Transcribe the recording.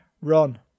run